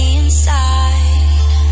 inside